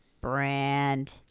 Brand